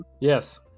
Yes